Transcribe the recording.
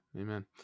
Amen